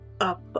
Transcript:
up